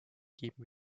geben